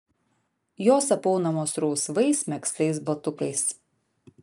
jos apaunamos rausvais megztais batukais